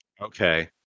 Okay